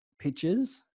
pictures